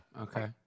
Okay